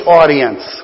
audience